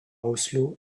oslo